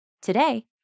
Today